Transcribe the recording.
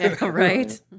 right